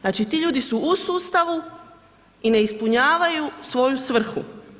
Znači, ti ljudi su u sustavu i ne ispunjavaju svoju svrhu.